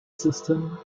system